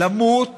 למות